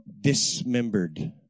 dismembered